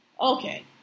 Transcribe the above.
Okay